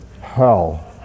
hell